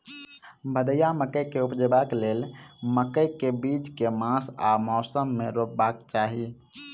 भदैया मकई उपजेबाक लेल मकई केँ बीज केँ मास आ मौसम मे रोपबाक चाहि?